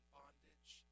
bondage